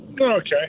Okay